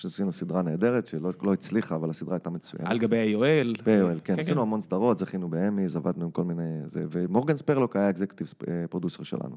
שעשינו סדרה נהדרת, שלא הצליחה, אבל הסדרה הייתה מצוינת. על גבי AOL, ב AOL, כן. עשינו המון סדרות, זכינו באמי, עבדנו עם כל מיני, ומורגן ספרלוק היה אקזקיוטיב פרודוסר שלנו.